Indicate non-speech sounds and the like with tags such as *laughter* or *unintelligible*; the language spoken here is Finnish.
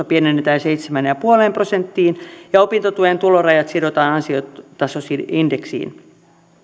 *unintelligible* pienennetään seitsemään pilkku viiteen prosenttiin ja opintotuen tulorajat sidotaan ansiotasoindeksiin